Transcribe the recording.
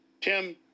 Tim